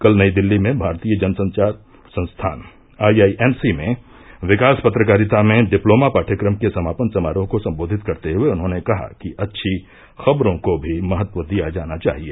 कल नई दिल्ली में भारतीय जनसंचार संस्थान आई आई एम सी में विकास पत्रकारिता में डिप्लोमा पाठ्यक्रम के समापन समारोह को संबोधित करते हुए उन्होंने कहा कि अच्छी खबरों को भी महत्व दिया जाना चाहिए